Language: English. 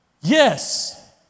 yes